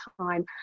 time